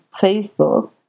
Facebook